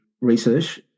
research